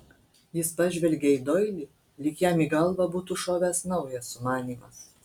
jis pažvelgė į doilį lyg jam į galvą būtų šovęs naujas sumanymas